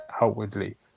outwardly